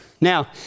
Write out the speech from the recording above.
now